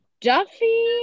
Duffy